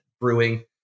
brewing